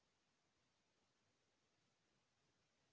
UPI के मतलब का होथे?